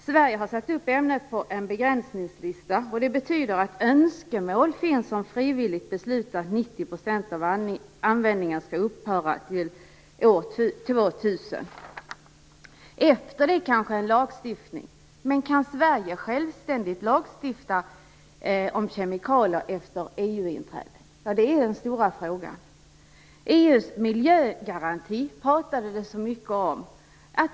Sverige har satt upp ämnet på en begränsningslista, och det betyder att önskemål finns om frivilligt beslut att 90 % av användningen skall upphöra till år 2000. Efter det blir det kanske lagstiftning. Men kan Sverige självständigt lagstifta om kemikalier efter EU-inträdet? Det är den stora frågan. EU:s miljögaranti pratades det mycket om.